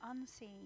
unseen